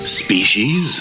species